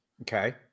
okay